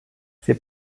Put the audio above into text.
ces